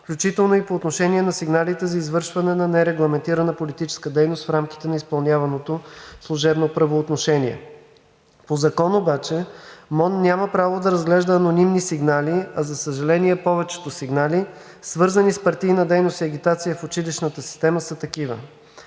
включително и по отношение на сигнали за извършване на нерегламентирана политическа дейност в рамките на изпълняваното служебно правоотношение. По закон обаче МОН няма право да разглежда анонимни сигнали, а за съжаление, повечето сигнали, свързани с партийна дейност и агитация в училищната система, са такива.